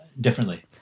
Differently